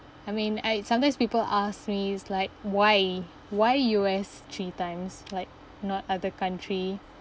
I mean I sometimes people ask me is like why why U_S three times like not other country